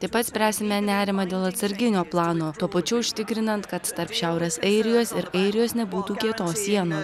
taip pat spręsime nerimą dėl atsarginio plano tuo pačiu užtikrinant kad tarp šiaurės airijos ir airijos nebūtų kietos sienos